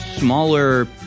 Smaller